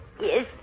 Yes